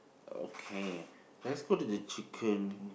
okay let's go to the chicken